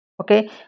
okay